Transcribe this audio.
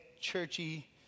churchy